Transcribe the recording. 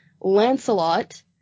Lancelot